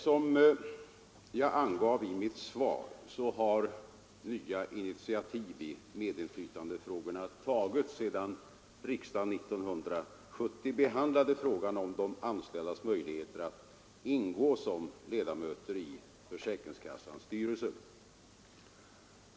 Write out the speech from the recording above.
Som jag angav i mitt svar har nya initiativ i medinflytandefrågorna tagits sedan riksdagen år 1970 behandlade frågan om de anställdas möjligheter att ingå som ledamöter i försäkringskassas styrelse.